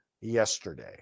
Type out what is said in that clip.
yesterday